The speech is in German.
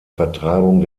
vertreibung